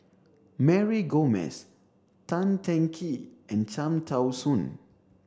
Mary Gomes Tan Teng Kee and Cham Tao Soon